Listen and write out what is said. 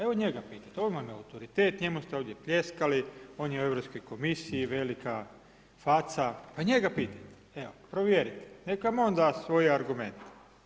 Evo njega pitajte, on vam je autoritet, njemu ste ovdje pljeskali, on je u europskoj komisiji velika faca pa njega pitajte, evo provjerite, neka on da svoj argument.